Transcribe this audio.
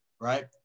right